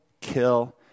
kill